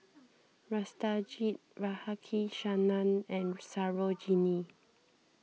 Satyajit Radhakrishnan and Sarojini